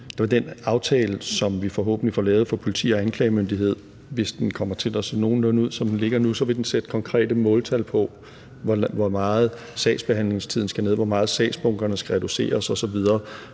vil den aftale, som vi forhåbentlig får lavet for politi og anklagemyndighed, hvis den kommer til at se nogenlunde ud, som den ligger nu, sætte konkrete måltal på, hvor meget sagsbehandlingstiden skal ned, hvor meget sagsbunkerne skal reduceres osv.